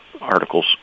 articles